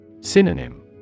Synonym